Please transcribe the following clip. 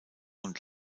und